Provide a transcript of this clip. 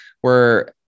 where-